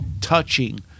touching